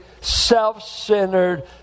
self-centered